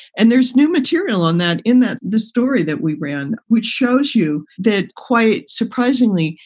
and there's new material on that in that the story that we ran, which shows you that quite surprisingly,